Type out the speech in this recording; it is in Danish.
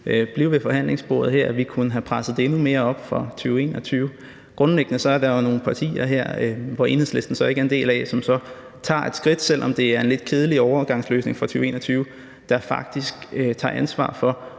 at vi kunne have presset det endnu mere op for 2021. Grundlæggende er der jo en kreds af partier her, som Enhedslisten ikke er en del af, der så tager et skridt, selv om det er en lidt kedelig overgangsløsning for 2021, der faktisk tager ansvar for